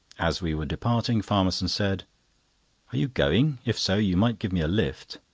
as we were departing, farmerson said are you going? if so, you might give me a lift.